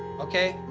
okay,